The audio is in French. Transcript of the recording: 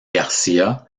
garcia